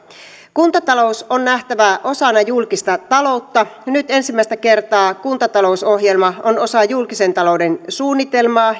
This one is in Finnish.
kuntatalous on nähtävä osana julkista taloutta ja nyt ensimmäistä kertaa kuntatalousohjelma on osa julkisen talouden suunnitelmaa